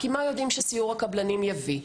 כי מה יודעים שסיור הקבלנים יביא,